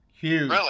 Huge